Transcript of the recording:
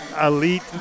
elite